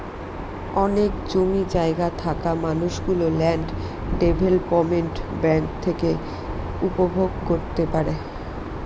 অনেক জমি জায়গা থাকা মানুষ গুলো ল্যান্ড ডেভেলপমেন্ট ব্যাঙ্ক থেকে উপভোগ করতে পারে